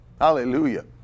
Hallelujah